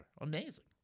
Amazing